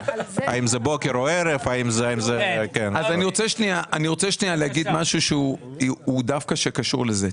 האם זה בוקר או ערב --- אני רוצה להגיד משהו שקשור דווקא לזה.